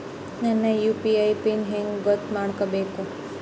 ನನ್ನ UPI PIN ಹೆಂಗ್ ಗೊತ್ತ ಮಾಡ್ಕೋಬೇಕು?